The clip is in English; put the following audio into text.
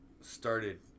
started